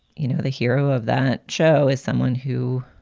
you know, the hero of that show is someone who,